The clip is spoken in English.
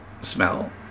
smell